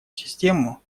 систему